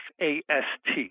F-A-S-T